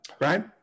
Right